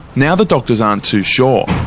now the doctors aren't too sure.